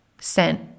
sent